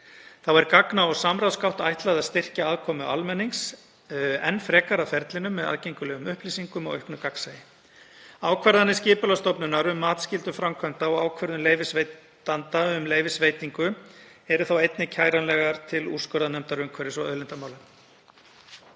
Þá er gagna- og samráðsgátt ætlað að styrkja aðkomu almennings enn frekar að ferlinu með aðgengilegri upplýsingum og auknu gagnsæi. Ákvarðanir Skipulagsstofnunar um matsskyldu framkvæmda og ákvörðun leyfisveitanda um leyfisveitingu eru þá einnig kæranlegar til úrskurðarnefndar umhverfis- og auðlindamála.